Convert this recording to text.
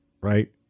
right